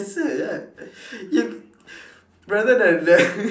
you rather than than